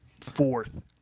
fourth